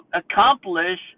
accomplish